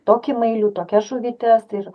tokį mailių tokias žuvytes ir